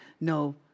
no